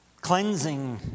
Cleansing